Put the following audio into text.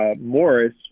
Morris